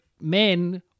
men